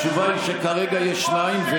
התשובה היא שכרגע יש שניים.